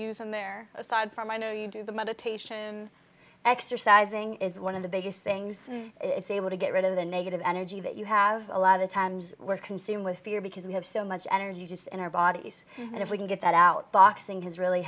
and there aside from i know you do the meditation eg sizing is one of the biggest things it's able to get rid of the negative energy that you have a lot of times we're consumed with fear because we have so much energy just in our bodies and if we can get that out boxing has really